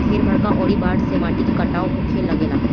ढेर बरखा अउरी बाढ़ से माटी के कटाव होखे लागेला